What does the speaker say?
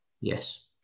Yes